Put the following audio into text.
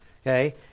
Okay